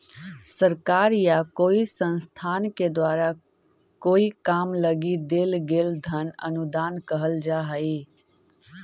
सरकार या कोई संस्थान के द्वारा कोई काम लगी देल गेल धन अनुदान कहल जा हई